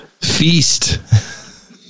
feast